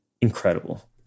incredible